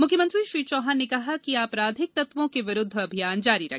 मुख्यमंत्री श्री चौहान ने कहा कि अपराधिक तत्वों के विरुद्ध अभियान जारी रहे